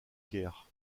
caire